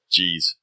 Jeez